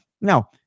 Now